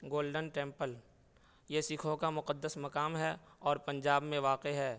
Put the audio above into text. golden Temple یہ سکھوں کا مقدس مقام ہے اور پنجاب میں واقع ہے